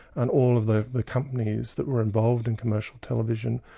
and all of the the companies that were involved in commercial television,